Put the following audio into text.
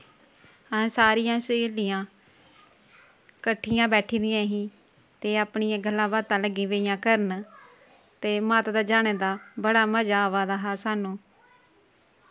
अस सारियां स्हेलियां कट्ठियां बैठी दियां ही ते अपनियां गल्लां बातां लग्गी पेइयां करन ते माता दे जाने दा बड़ा बजा आवा दा हा साह्नू